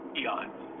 eons